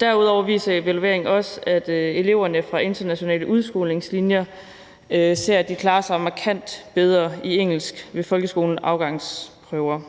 Derudover viser evalueringerne også, at eleverne fra internationale udskolingslinjer ser, at de klarer sig markant bedre i engelsk ved folkeskolens afgangsprøver.